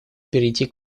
перейти